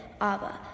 Abba